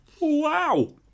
Wow